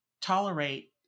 tolerate